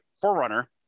Forerunner